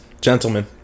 Gentlemen